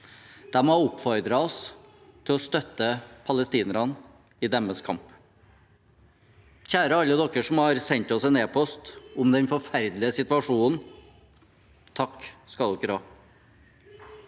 De har oppfordret oss til å støtte palestinerne i deres kamp. Kjære alle dere som har sendt oss en e-post om den forferdelige situasjonen: Takk skal dere ha!